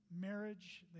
marriage